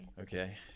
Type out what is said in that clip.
Okay